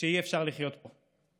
שאי-אפשר לחיות פה,